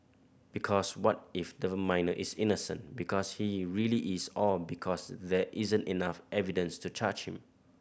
because what if the minor is innocent because he really is or because there isn't enough evidence to charge him